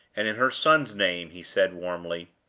and in her son's name, he said, warmly,